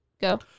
go